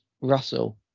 Russell